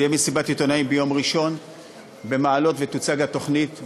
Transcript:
תהיה מסיבת עיתונאים ביום ראשון במעלות ותוצג התוכנית,